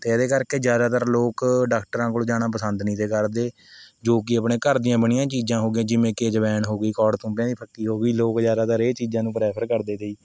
ਅਤੇ ਇਹਦੇ ਕਰਕੇ ਜ਼ਿਆਦਾਤਰ ਲੋਕ ਡਾਕਟਰਾਂ ਕੋਲ ਜਾਣਾ ਪਸੰਦ ਨਹੀਂ ਤੇ ਕਰਦੇ ਜੋ ਕਿ ਆਪਣੇ ਘਰ ਦੀਆਂ ਬਣੀਆਂ ਚੀਜ਼ਾਂ ਹੋ ਗਈਆਂ ਜਿਵੇਂ ਕਿ ਅਜਵੈਣ ਹੋ ਗਈ ਕੋੜ ਤੁੰਬਿਆਂ ਦੀ ਫੱਕੀ ਹੋ ਗਈ ਲੋਕ ਜ਼ਿਆਦਾਤਰ ਇਹ ਚੀਜ਼ਾਂ ਨੂੰ ਪ੍ਰੈਫ਼ਰ ਕਰਦੇ ਤੇ